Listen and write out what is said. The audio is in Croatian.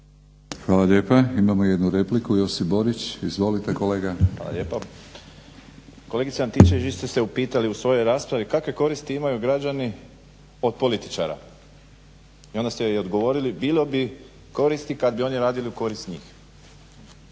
Hvala lijepa. Imamo jednu repliku Josip Borić. Izvolite kolega. **Borić, Josip (HDZ)** Hvala lijepo. Kolegice Antičević vi ste se upitali u svojoj raspravi kakve koristi imaju građani od političara. I onda ste odgovorili, bilo bi koristi kada bi oni radili u korist njih.